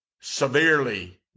severely